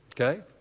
okay